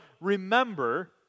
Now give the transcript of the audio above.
remember